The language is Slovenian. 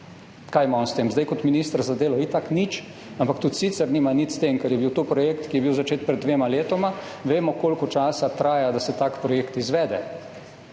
Kaj ima on s tem? Kot minister za delo itak nič, ampak tudi sicer nima nič s tem, ker je bil to projekt, ki je bil začet pred dvema letoma. Vemo, koliko časa traja, da se tak projekt izvede.